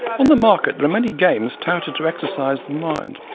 on the market there are many games touted to exercise the mind,